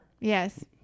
Yes